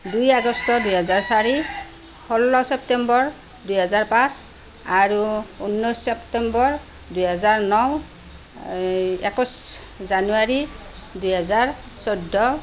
দুই আগষ্ট দুহেজাৰ চাৰি ষোল্ল ছেপ্টেম্বৰ দুহেজাৰ পাঁচ আৰু ঊনৈছ ছেপ্টেম্বৰ দুহেজাৰ ন এই একৈছ জানুৱাৰী দুহেজাৰ চৈধ্য